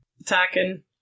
Attacking